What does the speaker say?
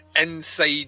Inside